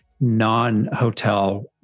non-hotel